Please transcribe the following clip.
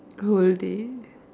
will they